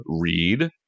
read